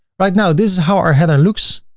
right now, this is how our header looks,